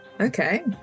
Okay